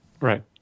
Right